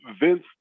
Vince